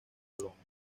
colombia